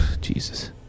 Jesus